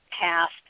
past